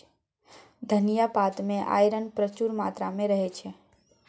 धनियाँ पात मे आइरन प्रचुर मात्रा मे रहय छै